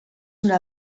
una